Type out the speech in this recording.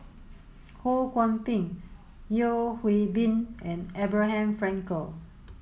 Ho Kwon Ping Yeo Hwee Bin and Abraham Frankel